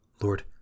Lord